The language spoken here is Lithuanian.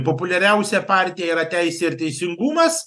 populiariausia partija yra teisė ir teisingumas